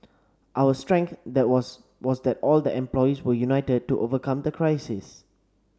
our strength that was was that all the employees were united to overcome the crisis